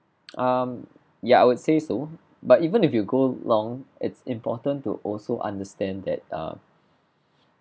um ya I would say so but even if you go long it's important to also understand that err